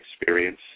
experience